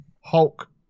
Hulk